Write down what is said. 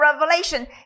revelation